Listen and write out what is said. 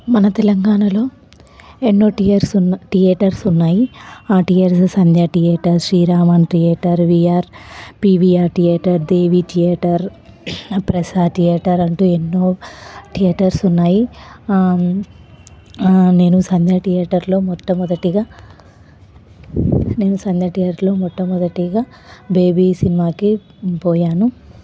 మన తెలంగాణలో ఎన్నో థియేటర్స్ ఉన్నాయి థియేటర్స్ ఉన్నాయి ఆ theatres Sandhya theatre Shri Ramana theatre VR PVR theatre Devi theatre Prasad theatre అంటూ ఎన్నో థియేటర్స్ ఉన్నాయి నేను సంధ్యా థియేటర్లో మొట్టమొదటిగా నేను సంధ్యా థియేటర్లో మొట్టమొదటిగా బేబీ సినిమాకి పోయాను